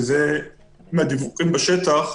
וזה מהדיווחים בשטח,